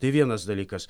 tai vienas dalykas